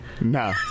No